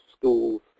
schools